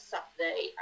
Saturday